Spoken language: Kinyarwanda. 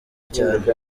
cyane